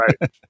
right